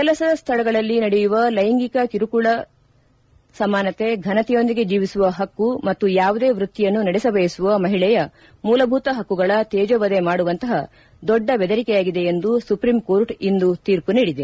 ಕೆಲಸ ಸ್ವಳಗಳಲ್ಲಿ ನಡೆಯುವ ಲೈಂಗಿಕ ಕಿರುಕುಳ ಸಮಾನತೆ ಫನತೆಯೊಂದಿಗೆ ಜೀವಿಸುವ ಹಕ್ಕ ಮತ್ತು ಯಾವುದೇ ವೃತ್ತಿಯನ್ನು ನಡೆಸ ಬಯಸುವ ಮಹಿಳೆಯ ಮೂಲಭೂತ ಪಕ್ಷುಗಳ ತೇಜೋವಧೆ ಮಾಡುವಂತಹ ದೊಡ್ಡ ಬೆದರಿಕೆಯಾಗಿದೆ ಎಂದು ಸುಪ್ರೀಂಕೋರ್ಟ್ ಇಂದು ತೀರ್ಮ ನೀಡಿದೆ